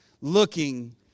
looking